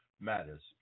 matters